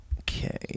Okay